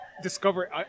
Discover